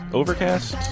overcast